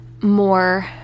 more